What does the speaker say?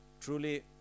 truly